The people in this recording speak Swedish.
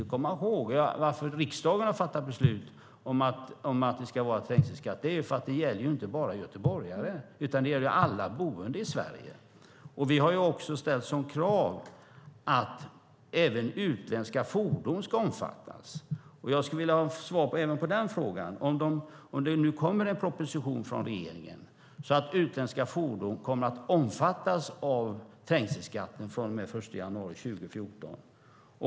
Anledningen till att riksdagen fattade beslut om trängselskatt var för att det inte gäller bara göteborgare utan alla boende i Sverige. Vi har också krävt att utländska fordon ska omfattas. Kommer det en proposition från regeringen om att utländska fordon ska omfattas av trängselskatten från och med den 1 januari 2014?